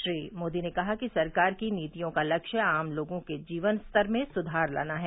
श्री मोदी ने कहा कि सरकार की नीतियों का लक्ष्य आम लोगों के जीवन स्तर में सुधार लाना है